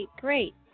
great